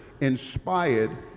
inspired